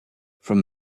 from